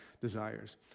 desires